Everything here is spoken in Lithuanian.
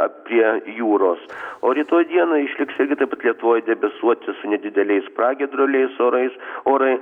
apie jūros o rytoj dieną išliks lygiai taip lietuvoj debesuoti su nedideliais pragiedruliais orais orai